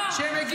אתה לא אומר אמת.